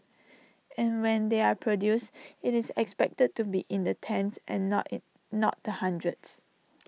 and when they are produced IT is expected to be in the tens and not A not the hundreds